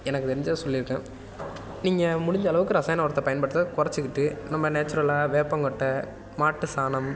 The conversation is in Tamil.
எனக்கு தெரிஞ்சதை சொல்லியிருக்கேன் நீங்கள் முடிந்த அளவுக்கு ரசாயன உரத்த பயன்படுத்துகிறத குறச்சிக்கிட்டு நம்ம நேச்சுரலாக வேப்பங்கொட்டை மாட்டு சாணம்